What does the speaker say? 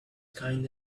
kind